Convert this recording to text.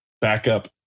backup